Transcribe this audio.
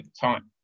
time